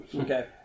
Okay